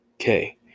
Okay